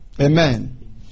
Amen